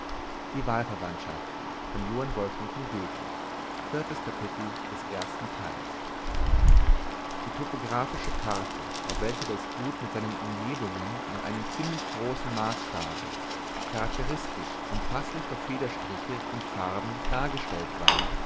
die topographische karte auf welcher das gut mit seinen umgebungen nach einem ziemlich großen maßstabe charakteristisch und faßlich durch federstriche und farben dargestellt war